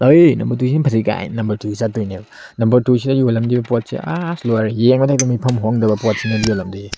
ꯑꯗꯒꯤ ꯅꯝꯕꯔ ꯇꯨꯁꯤꯅ ꯐꯖꯩ ꯀꯥꯏꯅ ꯅꯝꯕꯔ ꯇꯨ ꯆꯠꯇꯣꯏꯅꯦꯕ ꯅꯝꯕꯔ ꯇꯨꯁꯤꯗ ꯌꯣꯜꯂꯝꯗꯣꯏꯕ ꯄꯣꯠꯁꯦ ꯑꯥꯁ ꯂꯣꯏꯔꯦ ꯌꯦꯡꯕꯗ ꯍꯦꯛꯇ ꯃꯤꯠꯐꯝ ꯍꯣꯡꯗꯕ ꯄꯣꯠꯁꯤꯅꯦꯕ ꯌꯣꯜꯂꯝꯗꯣꯏꯁꯦ